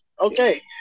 Okay